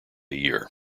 year